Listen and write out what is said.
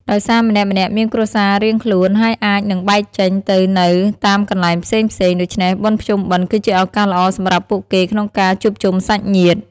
ដោយសារម្នាក់ៗមានគ្រួសាររៀងខ្លួន ហើយអាចនឹងបែកចេញទៅនៅតាមកន្លែងផ្សេងៗ ដូច្នេះបុណ្យភ្ពុំបិណ្ឌគឺជាឱកាសល្អសម្រាប់ពួកគេក្នុងការជួបជុំសាច់ញាតិ។